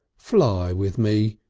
fly with me!